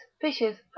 fishes